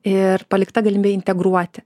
ir palikta galimybė integruoti